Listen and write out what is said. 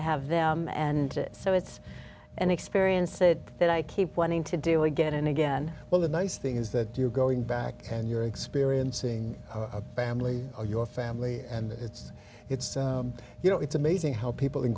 have them and so it's an experience that i keep wanting to do again and again well the nice thing is that you're going back and you're experiencing a family or your family and it's it's you know it's amazing how people in